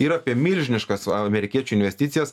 ir apie milžiniškas amerikiečių investicijas